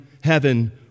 heaven